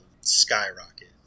skyrocket